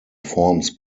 forms